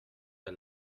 der